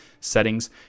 settings